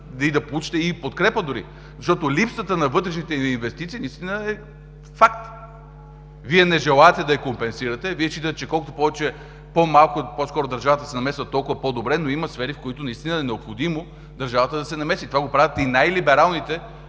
и да получите дори подкрепа, защото липсата на вътрешните ни инвестиции наистина е факт. Вие не желаете да я компенсирате, считате, че колкото повече, по-скоро колкото по-малко държавата се намесва, толкова по-добре, но има сфери, в които наистина е необходимо държавата да се намеси. Това го правят и най-либералните